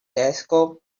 telescope